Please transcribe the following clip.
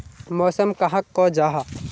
मौसम कहाक को जाहा?